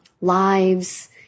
lives